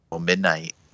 midnight